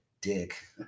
dick